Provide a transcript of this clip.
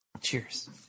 Cheers